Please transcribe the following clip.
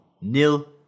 nil